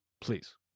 please